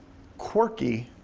quirky,